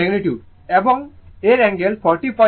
এটি ম্যাগনিটিউড এবং এর অ্যাঙ্গেল 409o